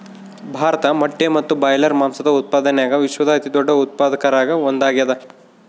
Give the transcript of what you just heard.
ಭಾರತ ಮೊಟ್ಟೆ ಮತ್ತು ಬ್ರಾಯ್ಲರ್ ಮಾಂಸದ ಉತ್ಪಾದನ್ಯಾಗ ವಿಶ್ವದ ಅತಿದೊಡ್ಡ ಉತ್ಪಾದಕರಾಗ ಒಂದಾಗ್ಯಾದ